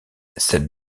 cette